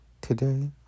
today